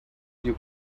you